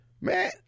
man